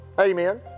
Amen